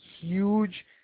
huge